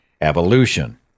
evolution